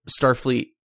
Starfleet